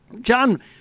John